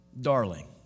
darling